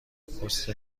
پست